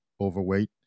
overweight